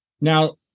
Now